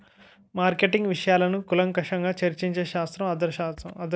marketing విషయాలను కూలంకషంగా చర్చించే శాస్త్రం అర్థశాస్త్రం